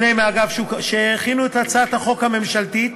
שניהם, אגב, הכינו את הצעת החוק הממשלתית